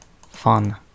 fun